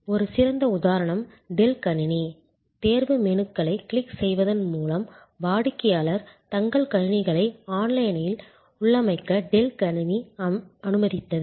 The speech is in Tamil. ஒரு சிறந்த உதாரணம் டெல் கணினி தேர்வு மெனுக்களை கிளிக் செய்வதன் மூலம் வாடிக்கையாளர்கள் தங்கள் கணினிகளை ஆன்லைனில் உள்ளமைக்க Dell கணினி அனுமதித்தது